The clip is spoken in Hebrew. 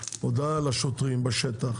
להוציא הודעה לשוטרים בשטח